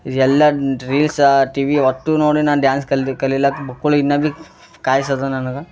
ಎಲ್ಲ reels TV ಒತ್ತು ನೋಡಿ ನಾನು ಡ್ಯಾನ್ಸ್ ಕಲಿ ಕಲಿಯಕ್ಕೆ ಬಕ್ಕುಳ್ ಇನ್ನ ಬಿ ಕಾಯ್ಸದು ನನಗೆ